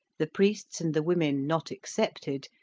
the priests and the women not excepted,